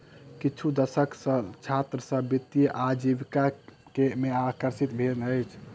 किछु दशक सॅ छात्र सभ वित्तीय आजीविका में आकर्षित भेल अछि